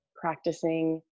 practicing